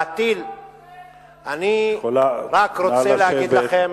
אני רק רוצה להגיד לכם,